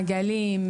מעוד מעגלים,